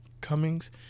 Cummings